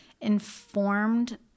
informed